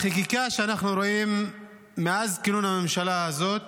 החקיקה שאנחנו רואים מאז כינון הממשלה הזאת,